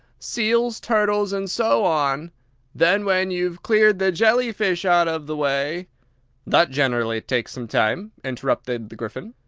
seals, turtles, and so on then, when you've cleared the jelly-fish out of the way that generally takes some time, interrupted the gryphon.